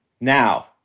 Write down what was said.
Now